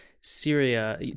Syria